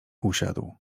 usiadł